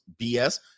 BS